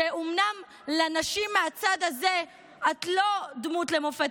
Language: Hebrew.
שאומנם לנשים מהצד הזה את לא דמות למופת,